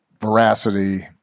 veracity